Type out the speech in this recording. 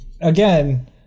again